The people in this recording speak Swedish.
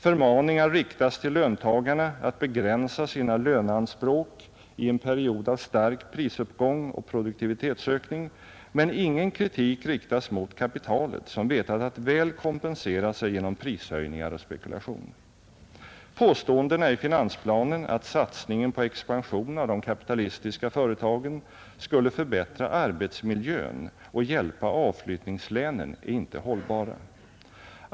Förmaningar riktas till löntagarna att begränsa sina löneanspråk i en period av stark prisuppgång och produktivitetsökning, men ingen kritik riktas mot kapitalet som vetat att väl kompensera sig genom prishöjningar och spekulation. Påståendena i finansplanen att satsningen på expansion av de kapitalistiska företagen skulle förbättra arbetsmiljön och hjälpa avflyttningslänen är icke hållbara.